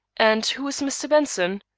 and who is mr. benson?